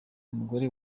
mugore